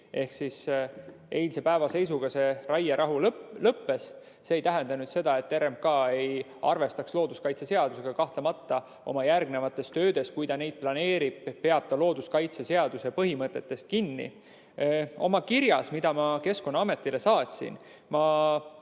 raierahu. Eilse päeva seisuga see raierahu lõppes. See ei tähenda seda, et RMK ei arvestaks looduskaitseseadusega. Kahtlemata oma järgnevates töödes, kui ta neid planeerib, peab ta looduskaitseseaduse põhimõtetest kinni. Oma kirjas, mille ma Keskkonnaametile saatsin, ma